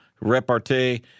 repartee